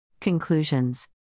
Conclusions